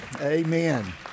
Amen